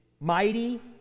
mighty